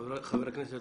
חבר הכנסת